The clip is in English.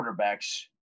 quarterbacks